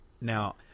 Now